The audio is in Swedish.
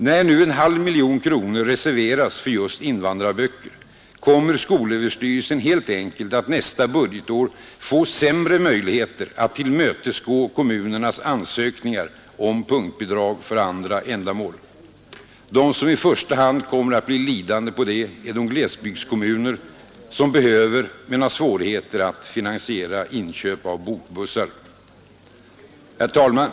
När nu en halv miljon kronor reserveras för just invandrarböcker, kommer skolöverstyrelsen helt enkelt att nästa budgetår få sämre möjligheter att tillmötesgå kommunernas ansökningar om punktbidrag för andra ändamål. De som i första hand kommer att bli lidande på detta är de glesbygdskommuner som behöver bokbussar men har svårigheter att finansiera inköp av sådana. Herr talman!